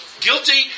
Guilty